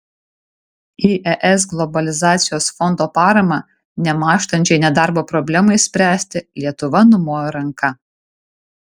į es globalizacijos fondo paramą nemąžtančiai nedarbo problemai spręsti lietuva numojo ranka